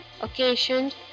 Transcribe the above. occasioned